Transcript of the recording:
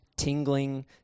tingling